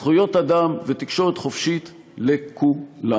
זכויות אדם ותקשורת חופשית לכולם.